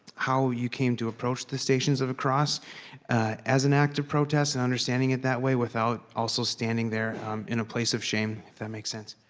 how you came to approach the stations of the cross as an act of protest and understanding it that way without, also, standing there in a place of shame, if that makes sense